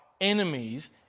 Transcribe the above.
enemies